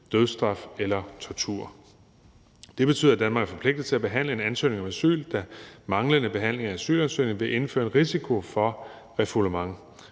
dødsstraf eller tortur. Det betyder, at Danmark er forpligtet til at behandle en ansøgning om asyl, da manglende behandling af en asylansøgning vil indebære en risiko for refoulement.